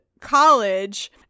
college